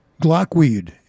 Glockweed